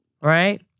Right